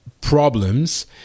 problems